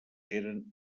eren